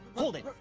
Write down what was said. hold it!